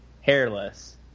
hairless